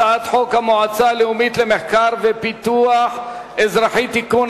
הצעת חוק המועצה הלאומית למחקר ולפיתוח אזרחי (תיקון),